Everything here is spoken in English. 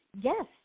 Yes